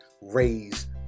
raise